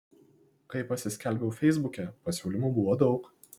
kai pasiskelbiau feisbuke pasiūlymų buvo daug